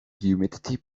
humidity